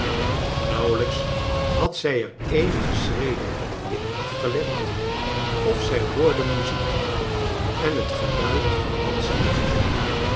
igo had zij er eenige s chreden in afgelegd of zij hoorde muziek en het geluid van dansende voeten